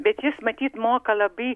bet jis matyt moka labai